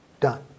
done